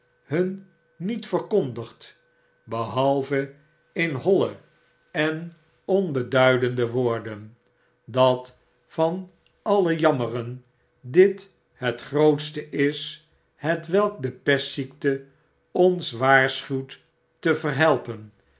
hun niet verkondigd behalve in holle en onbeduidende woorden dat van alle jammeren dit het grootste is hetwelk de pestziekte ons waarschuwt te verhelpen